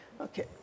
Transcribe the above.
Okay